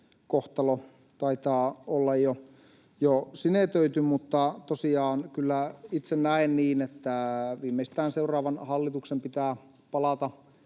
kohtalo taitaa olla jo sinetöity, mutta kyllä itse näen niin, että viimeistään seuraavan hallituksen pitää palata